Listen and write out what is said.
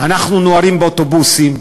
אנחנו נוהרים באוטובוסים,